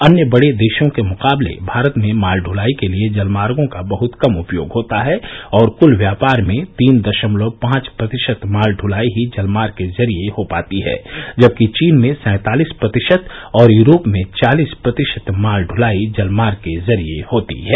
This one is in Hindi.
अन्य बड़े देशों के मुकाबले भारत में माल द्वलाई के लिए जलमार्गो का बहत कम उपयोग होता है और कुल व्यापार में तीन दशमलव पांच प्रतिशत माल दूलाई ही जल मार्ग जरिए हो पाती है जबकि चीन में सैंतालिस प्रतिशत और यूरोप में चालीस प्रतिशत माल ढलाई जलमार्ग के जरिए होती है